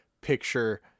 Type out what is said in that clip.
picture